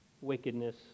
wickedness